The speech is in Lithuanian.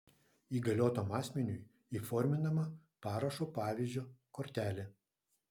įgaliotam asmeniui įforminama parašo pavyzdžio kortelė